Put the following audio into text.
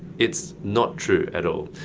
it's not true at all.